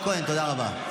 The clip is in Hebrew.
תודה רבה.